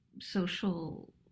social